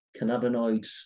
Cannabinoids